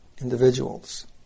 individuals